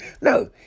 No